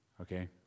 okay